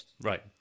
Right